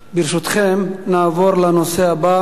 ברשותכם, נעבור לנושא הבא: